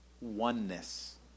oneness